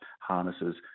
harnesses